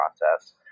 process